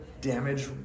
damage